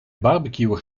barbecueën